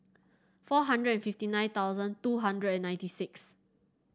four hundred and fifty nine thousand two hundred and ninety six